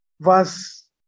verse